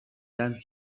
than